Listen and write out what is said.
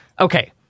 Okay